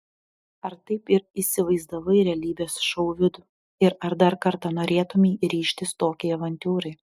ar taip ir įsivaizdavai realybės šou vidų ir ar dar kartą norėtumei ryžtis tokiai avantiūrai